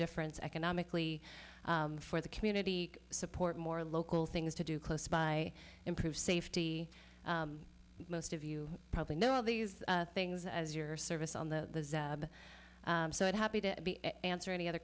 difference economically for the community support more local things to do close by improve safety most of you probably know all these things as your service on the so it happy to answer any other